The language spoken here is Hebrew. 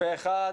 פה אחד.